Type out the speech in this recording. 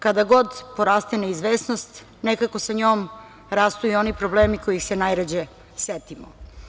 Kada god poraste neizvesnost, nekako sa njom rastu i oni problemi kojih se najređe setimo.